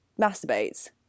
masturbates